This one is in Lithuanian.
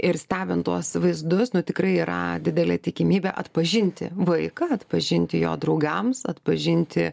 ir stebint tuos vaizdus nu tikrai yra didelė tikimybė atpažinti vaiką atpažinti jo draugams atpažinti